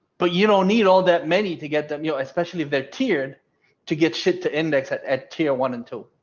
but you don't need all that many to get them you know, especially if they're tiered to get shit to index at at tier one and two.